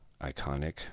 iconic